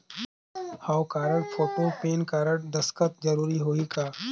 हव card, photo, PAN card, दस्खत जरूरी होही का?